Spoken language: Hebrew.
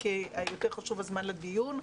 כי יותר חשוב הזמן לדיון.